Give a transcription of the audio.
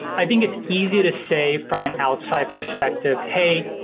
i think it's easy to say from an outside perspective, hey,